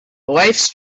lifes